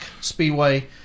speedway